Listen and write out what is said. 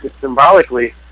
symbolically